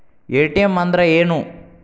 ATM ಅಂದ್ರ ಏನು?